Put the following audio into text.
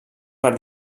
per